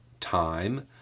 time